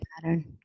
pattern